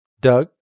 Doug